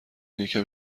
یکم